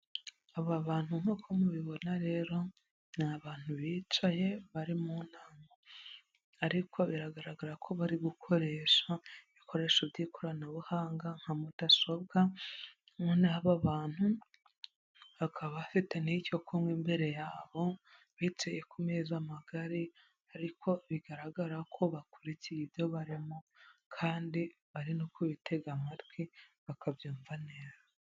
Aba bantu nk'uko mubibona rero, ni abantu bicaye bari mu nama, ariko biragaragara ko bari gukoresha ibikoresho by'ikoranabuhanga nka mudasobwa, noneho aba bantu bakaba bafite n'icyo kunywa imbere yabo, bicaye ku meza magari, ariko bigaragara ko bakurikiye ibyo barimo kandi bari no kubitega amatwi, bakabyumva neza.